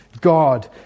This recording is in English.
God